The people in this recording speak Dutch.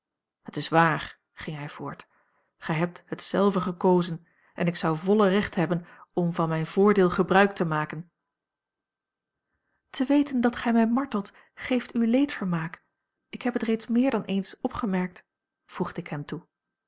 het is waar ging hij voort gij hebt het zelve gekozen en ik zou volle recht hebben om van mijn voordeel gebruik te maken te weten dat gij mij martelt geeft u leedvermaak ik heb het reeds meer dan eens opgemerkt voegde ik hem toe